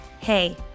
Hey